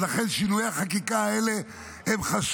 ולכן שינויי החקיקה האלה חשובים,